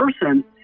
person